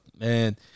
man